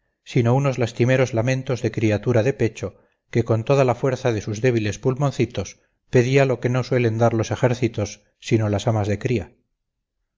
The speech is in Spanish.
sino unos lastimeros lamentos de criatura de pecho que con toda la fuerza de sus débiles pulmoncitos pedía lo que no suelen dar los ejércitos sino las amas de cría